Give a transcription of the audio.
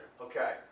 Okay